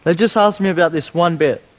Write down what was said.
but just asked me about this one bit,